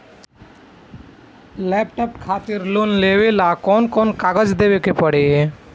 Laptop खातिर loan लेवे ला कौन कौन कागज देवे के पड़ी?